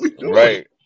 right